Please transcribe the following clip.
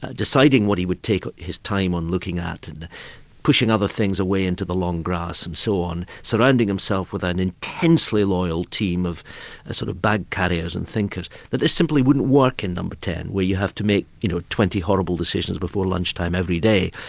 ah deciding what he would take his time on looking at, and pushing other things away into the long grass, and so on, surrounding himself with an intensely loyal team of ah sort of bag-carriers and thinkers, but this simply wouldn't work in no. ten where you have to make you know twenty horrible decisions before lunchtime every day,